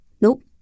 nope